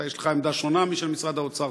יש לך עמדה שונה משל משרד האוצר,